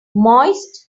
moist